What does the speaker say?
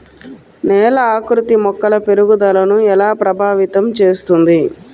నేల ఆకృతి మొక్కల పెరుగుదలను ఎలా ప్రభావితం చేస్తుంది?